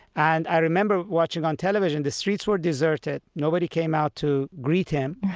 and i remember watching on television, the streets were deserted. nobody came out to greet him.